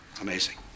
Amazing